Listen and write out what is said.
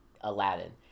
Aladdin